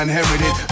Inherited